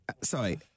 Sorry